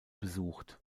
besucht